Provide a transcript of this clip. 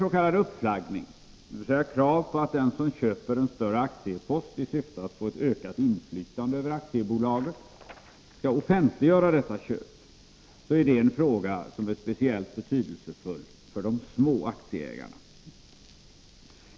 S. k. uppflaggning, dvs. krav på att den som köper en större aktiepost i syfte att få ett ökat inflytande över aktiebolaget skall offentliggöra detta köp, är en fråga som är speciellt betydelsefull för de små aktieägarna.